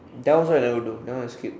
that one also I never do that one I skip